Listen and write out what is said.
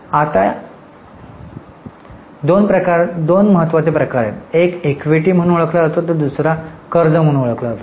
यात दोन महत्वाचे प्रकार आहेत एक इक्विटी म्हणून ओळखला जातो तर दुसरा कर्ज म्हणून ओळखला जातो